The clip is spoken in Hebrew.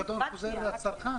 בתנאי שהפיקדון חוזר לצרכן.